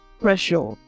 pressure